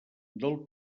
del